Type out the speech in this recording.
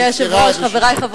נסגרה הרשימה.